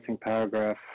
paragraph